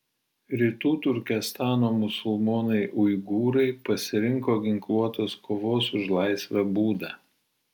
rytų turkestano musulmonai uigūrai pasirinko ginkluotos kovos už laisvę būdą